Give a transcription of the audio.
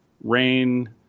rain